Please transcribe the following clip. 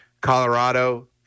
Colorado